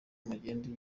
magendu